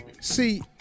See